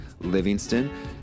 Livingston